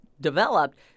developed